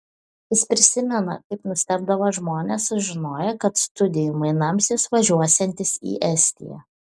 jis prisimena kaip nustebdavo žmonės sužinoję kad studijų mainams jis važiuosiantis į estiją